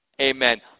amen